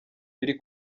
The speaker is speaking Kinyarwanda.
biri